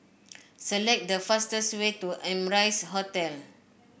select the fastest way to Amrise Hotel